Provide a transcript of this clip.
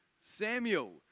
Samuel